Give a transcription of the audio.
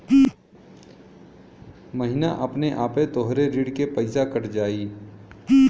महीना अपने आपे तोहरे ऋण के पइसा कट जाई